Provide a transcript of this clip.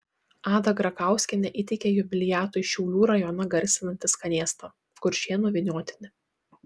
ada grakauskienė įteikė jubiliatui šiaulių rajoną garsinantį skanėstą kuršėnų vyniotinį